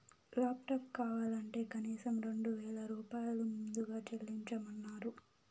laptop కావాలంటే కనీసం రెండు వేల రూపాయలు ముందుగా చెల్లించమన్నరు